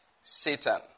Satan